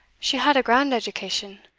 she had a grand education,